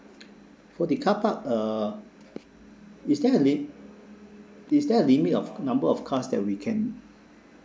for the carpark uh is there a li~ is there a limit of number of cars that we can